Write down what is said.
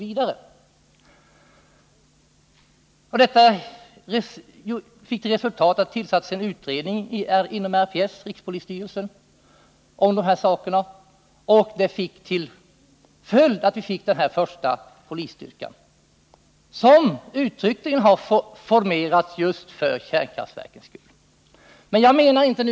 Denna framställning fick till följd att en utredning tillsattes inom rikspolisstyrelsen, något som i sin tur fick till resultat denna första polisstyrka som uttryckligen formerats just för kärnkraftverkets skull.